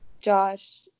josh